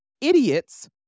idiots